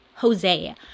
Jose